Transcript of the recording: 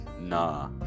Nah